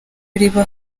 riba